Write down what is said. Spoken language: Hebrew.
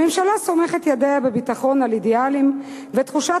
הממשלה סומכת ידיה בביטחון על אידיאלים ותחושת